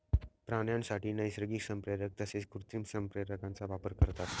प्राण्यांसाठी नैसर्गिक संप्रेरक तसेच कृत्रिम संप्रेरकांचा वापर करतात